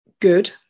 good